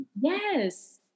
Yes